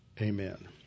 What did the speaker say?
amen